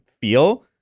feel